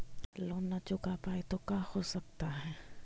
Loan न चुका पाई तो का हो सकता है?